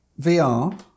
VR